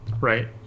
Right